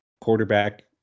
quarterback